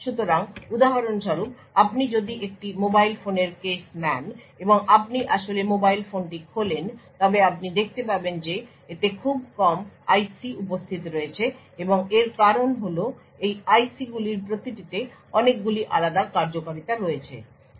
সুতরাং উদাহরণস্বরূপ আপনি যদি একটি মোবাইল ফোনের কেস নেন এবং আপনি আসলে মোবাইল ফোনটি খোলেন তবে আপনি দেখতে পাবেন যে এতে খুব কম IC উপস্থিত রয়েছে এবং এর কারণ হল এই ICগুলির প্রতিটিতে অনেকগুলি আলাদা কার্যকারিতা রয়েছে